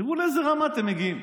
תראו לאיזו רמה אתם מגיעים.